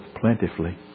plentifully